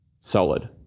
solid